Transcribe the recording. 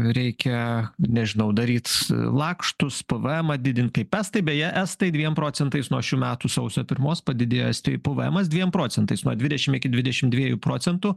reikia nežinau daryt lakštus p v emą didint kaip estai beje estai dviem procentais nuo šių metų sausio pirmos padidėjo estijoj p v emas dviem procentais nuo dvidešimt iki dvidešimt dviejų procentų